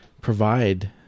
provide